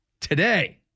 today